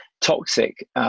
toxic